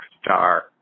star